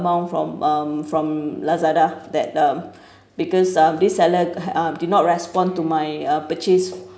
amount from um from lazada that um because of this seller uh did not respond to my uh purchase